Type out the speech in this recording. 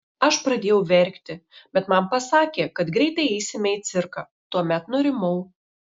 aš pradėjau verkti bet man pasakė kad greitai eisime į cirką tuomet nurimau